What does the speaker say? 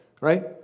Right